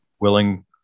willing